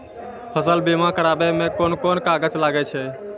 फसल बीमा कराबै मे कौन कोन कागज लागै छै?